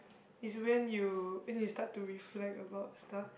it's when you it is start to reflect about stuff